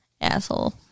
Asshole